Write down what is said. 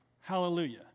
Hallelujah